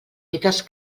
fites